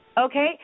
okay